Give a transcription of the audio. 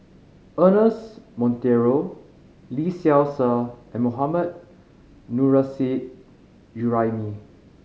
Ernest Monteiro Lee Seow Ser and Mohammad Nurrasyid Juraimi